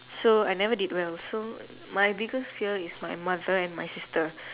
so I never did well so my biggest fear is my mother and sister